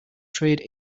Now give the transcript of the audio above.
trade